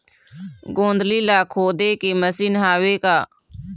गोंदली ला खोदे के मशीन हावे का?